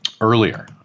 earlier